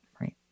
Right